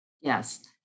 Yes